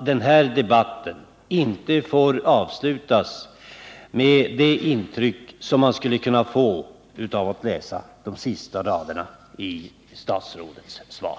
Denna debatt får därför inte avslutas med det intryck man skulle kunna få genom sista biten i statsrådets svar.